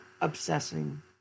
obsessing